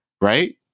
right